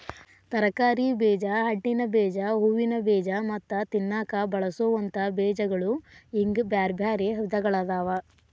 ತರಕಾರಿ ಬೇಜ, ಹಣ್ಣಿನ ಬೇಜ, ಹೂವಿನ ಬೇಜ ಮತ್ತ ತಿನ್ನಾಕ ಬಳಸೋವಂತ ಬೇಜಗಳು ಹಿಂಗ್ ಬ್ಯಾರ್ಬ್ಯಾರೇ ವಿಧಗಳಾದವ